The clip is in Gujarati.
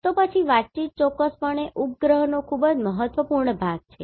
તો પછી વાતચીત ચોક્કસપણે ઉપગ્રહો નો ખૂબ જ મહત્વપૂર્ણ ભાગ છે